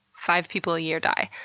five people a year die.